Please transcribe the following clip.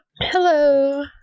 Hello